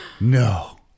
no